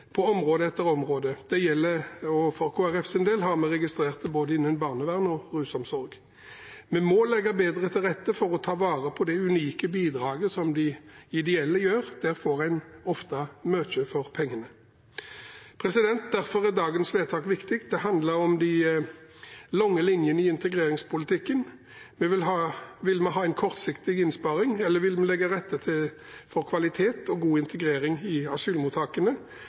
på område etter område. Og for Kristelig Folkepartis del har vi registrert det både innen barnevern og rusomsorg. Vi må legge bedre til rette for å ta vare på det unike bidraget de ideelle gir. Der får en ofte mye for pengene. Derfor er dagens vedtak viktig. Det handler om de lange linjene i integreringspolitikken. Vil vi ha en kortsiktig innsparing, eller vil vi legge til rette for kvalitet og god integrering i asylmottakene,